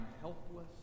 helpless